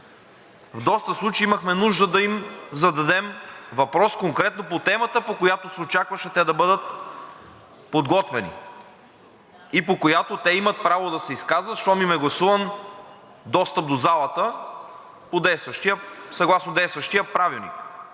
в доста случаи имахме нужда да им зададем въпрос конкретно по темата, по която се очакваше те да бъдат подготвени и по която имат право да се изказват, щом им е гласуван достъп до залата съгласно действащия Правилник.